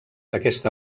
aquesta